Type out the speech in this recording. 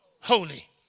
holy